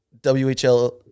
WHL